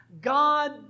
God